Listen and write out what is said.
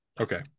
Okay